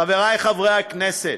חברי חברי הכנסת,